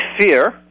fear